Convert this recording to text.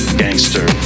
gangster